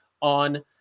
on